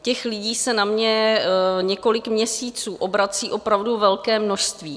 Těch lidí se na mě několik měsíců obrací opravdu velké množství.